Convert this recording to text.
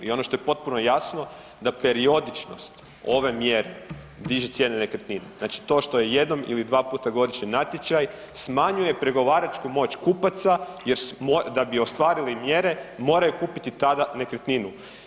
I ono što je potpuno jasno da periodičnost ove mjere diže cijene nekretnina, znači to što je jednom ili dva puta godišnje natječaj smanjuje pregovaračku moć kupaca jer da bi ostvarili mjere moraju tada kupiti nekretninu.